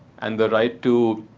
and the right to